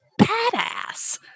badass